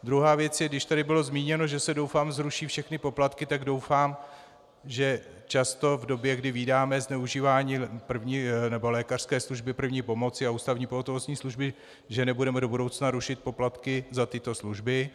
Druhá věc je, když tady bylo zmíněno, že se zruší všechny poplatky, tak doufám, že často v době, kdy vídáme zneužívání lékařské služby první pomoci a ústavní pohotovostní služby, nebudeme do budoucna rušit poplatky za tyto služby.